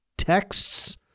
texts